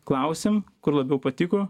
klausėm kur labiau patiko